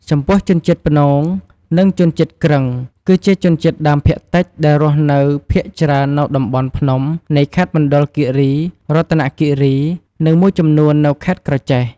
ចំពោះជនជាតិព្នង និងជនជាតិគ្រឹង គឺជាជនជាតិដើមភាគតិចដែលរស់នៅភាគច្រើននៅតំបន់ភ្នំនៃខេត្តមណ្ឌលគិរី រតនគិរី និងមួយចំនួននៅខេត្តក្រចេះ។